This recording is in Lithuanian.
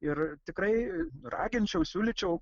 ir tikrai raginčiau siūlyčiau